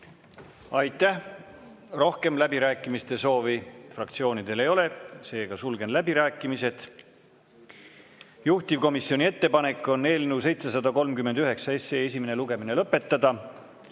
Aitäh! Rohkem läbirääkimiste soovi fraktsioonidel ei ole, seega sulgen läbirääkimised. Juhtivkomisjoni ettepanek on eelnõu 739 esimene lugemine lõpetada.